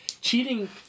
Cheating